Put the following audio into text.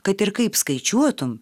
kad ir kaip skaičiuotum